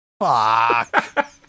Fuck